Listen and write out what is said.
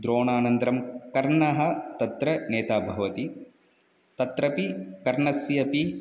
द्रोणानन्तरं कर्णः तत्र नेता भवति तत्रापि कर्णस्य